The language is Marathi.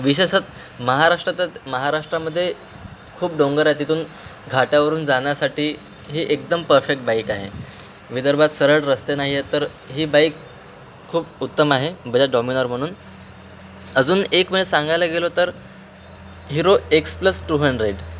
विशेषात महाराष्ट्रात महाराष्ट्रामध्ये खूप डोंगर आहे तिथून घाटावरून जाण्यासाठी ही एकदम परफेक्ट बाईक आहे विदर्भात सरळ रस्ते नाही आहे तर ही बाईक खूप उत्तम आहे बजाज डॉमिनर म्हणून अजून एक म्हणजे सांगायला गेलो तर Hero X plus two hundred